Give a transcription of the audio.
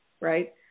right